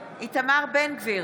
איתמר בן גביר,